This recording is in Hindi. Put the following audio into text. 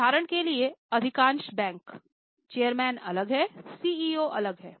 उदाहरण के लिए अधिकांश बैंक चेयरमैन अलग हैं सीईओ अलग हैं